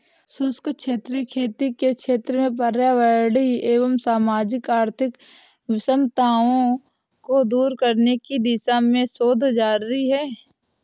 शुष्क क्षेत्रीय खेती के क्षेत्र में पर्यावरणीय एवं सामाजिक आर्थिक विषमताओं को दूर करने की दिशा में शोध जारी है